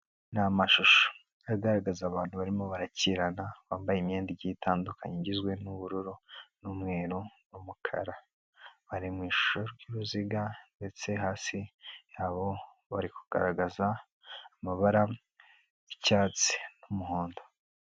Ni amashusho agaragaza abantu barimo barakirana, bambaye imyenda igiye itandukanye igizwe n'ubururu n'umweru n'umukara. Bari mu ishusho ry'uruziga ndetse hasi yabo bari kugaragaza amabara y'icyatsi n'umuhondo.